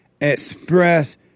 Express